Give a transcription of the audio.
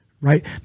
Right